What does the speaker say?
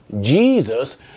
Jesus